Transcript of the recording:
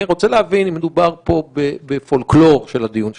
אני רוצה להבין אם מדובר פה בפולקלור של הדיון שלנו,